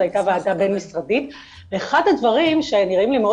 זו הייתה ועדה בין משרדית ואחד הדברים שנראים לי מאוד